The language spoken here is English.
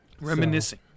Reminiscing